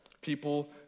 People